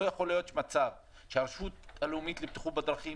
לא יכול להיות מצב שהרשות הלאומית לבטיחות בדרכים,